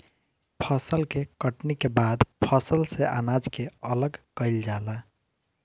फसल के कटनी के बाद फसल से अनाज के अलग कईल जाला